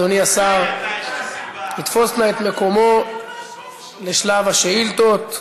אדוני השר יתפוס נא את מקומו לשלב השאילתות.